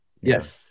Yes